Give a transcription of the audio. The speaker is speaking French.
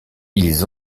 ils